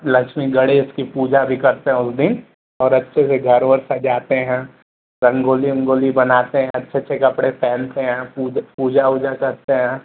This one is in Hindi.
लक्ष्मी गणे की पूजा भी करते हैं उस दिन और अच्छे से घर वर सजाते हैं रंगोली ओंगोली बनाते हैं अच्छे अच्छे कपड़े पहनते हैं पूज पूजा ऊजा करते हैं